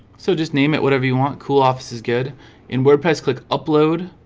so just name it whatever you want cool office is good in wordpress click upload